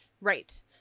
Right